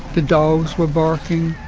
the dogs were barking.